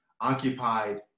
occupied